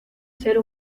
ser